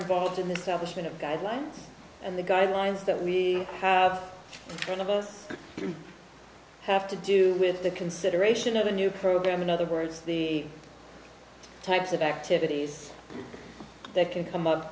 involved in the salvation of guidelines and the guidelines that we have all of us have to do with the consideration of the new program in other words the types of activities that can come up